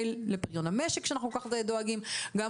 לפדיון המשק שאנחנו כל כך דואגים לגביו,